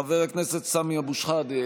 חבר הכנסת סמי אבו שחאדה,